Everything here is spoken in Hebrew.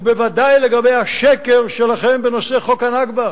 ובוודאי לגבי השקר שלכם בנושא חוק ה"נכבה".